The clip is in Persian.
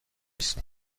است